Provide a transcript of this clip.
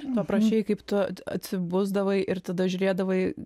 tu aprašei kaip tu atsibusdavai ir tada žiūrėdavai